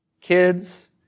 kids